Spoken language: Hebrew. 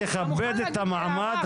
תכבד את המעמד,